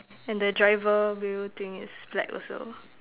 and the driver wheel thing is black also